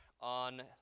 on